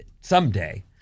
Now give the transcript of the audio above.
Someday